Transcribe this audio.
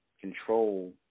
control